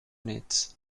units